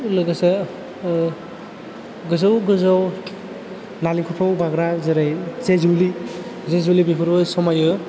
लोगोसे गोजौ गोजौ नालिंकरफ्राव बाग्रा जेरै जे जुलि जे जुलि बेफोरबो समायो